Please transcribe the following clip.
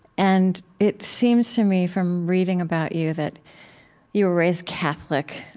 and it seems to me, from reading about you, that you were raised catholic.